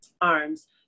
arms